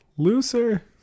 looser